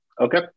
Okay